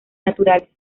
naturales